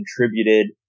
contributed